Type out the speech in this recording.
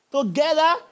together